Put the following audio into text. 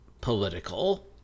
political